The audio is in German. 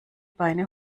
beine